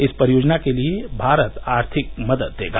इस परियोजना के लिए भारत आर्थिक मदद देगा